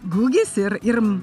gugis ir ir